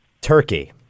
Turkey